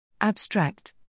Abstract